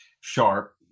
sharp